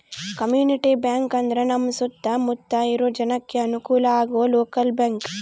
community bank ಅಂದ್ರ ನಮ್ ಸುತ್ತ ಮುತ್ತ ಇರೋ ಜನಕ್ಕೆ ಅನುಕಲ ಆಗೋ ಲೋಕಲ್ ಬ್ಯಾಂಕ್